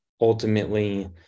ultimately